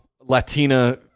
Latina